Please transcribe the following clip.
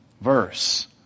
Verse